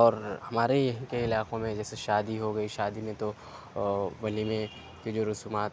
اور ہمارے یہاں کے علاقوں میں جیسے شادی ہوگئی شادی میں تو ولیمے کی جو رسومات